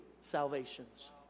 salvations